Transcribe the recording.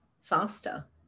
faster